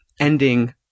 ending